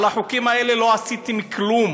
אבל החוקים האלה, לא עשיתם כלום